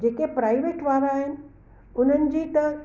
जे के प्राईवेट वारा आहिनि उन्हनि जी त